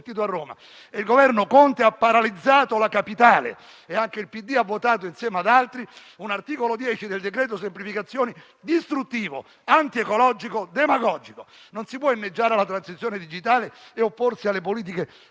il Governo Conte ha paralizzato la Capitale. Anche il PD ha votato, insieme ad altri, l'articolo 10 del decreto semplificazioni, che è distruttivo, antiecologico e demagogico. Non si può inneggiare alla transizione ecologica e digitale e opporsi alle politiche di